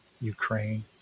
Ukraine